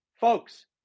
folks